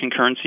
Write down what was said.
concurrency